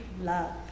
love